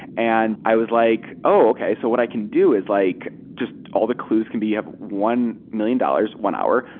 and i was like, oh! okay. so what i can do is like just all the clues can be you have one million dollars, one hour,